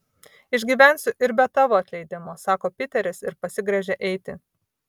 išgyvensiu ir be tavo atleidimo sako piteris ir pasigręžia eiti